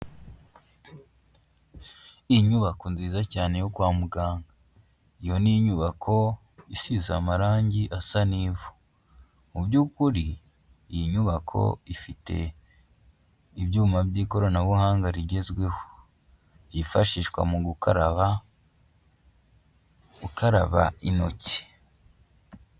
Inyubako nziza cyane yo kwa muganga, iyo ni inyubako isize amarange asa n'ivu, mu byukuri iyi nyubako ifite ibyuma by'ikoranabuhanga rigezweho, byifashishwa mu gukaraba, gukaraba intoki.